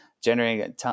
generating